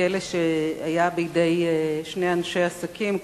הכלא שהיה בידי שני אנשי עסקים,